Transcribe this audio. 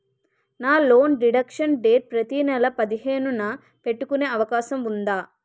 నా loan deduction date ప్రతి నెల పదిహేను న పెట్టుకునే అవకాశం ఉందా?